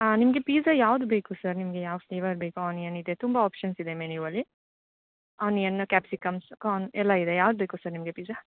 ನಿಮಗೆ ಪೀಜ್ಜಾ ಯಾವ್ದು ಬೇಕು ಸರ್ ನಿಮಗೆ ಯಾವ ಫ್ಲೇವರ್ ಬೇಕು ಆನಿಯನ್ ಇದೆ ತುಂಬ ಆಪ್ಶನ್ಸ್ ಇದೆ ಮೆನ್ಯು ಅಲ್ಲಿ ಆನಿಯನ್ನು ಕ್ಯಾಪ್ಸಿಕಮ್ಸ್ ಕಾರ್ನ್ ಎಲ್ಲ ಇದೆ ಯಾವ್ದು ಬೇಕು ಸರ್ ನಿಮಗೆ ಪಿಜ್ಜಾ